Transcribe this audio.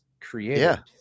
created